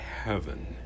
heaven